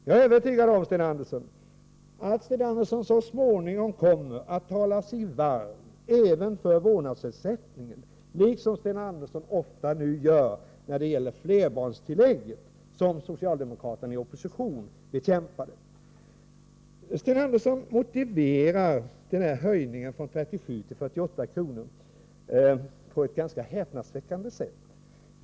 Jag är övertygad om att Sten Andersson så småningom kommer att tala sig varm även för vårdnadsersättningen — liksom han nu ofta gör när det gäller flerbarnstillägget, vilket socialdemokraterna i opposition bekämpade. Sten Andersson motiverar höjningen från 37 kr. till 48 kr. på ett ganska häpnadsväckande sätt.